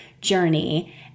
journey